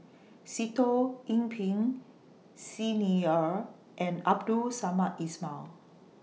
Sitoh Yih Pin Xi Ni Er and Abdul Samad Ismail